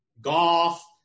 golf